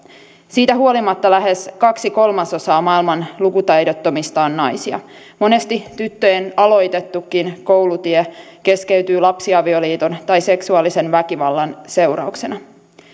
siitä huolimatta lähes kaksi kolmasosaa maailman lukutaidottomista on naisia monesti tyttöjen aloitettukin koulutie keskeytyy lapsiavioliiton tai seksuaalisen väkivallan seurauksena